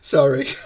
Sorry